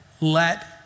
Let